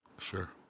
Sure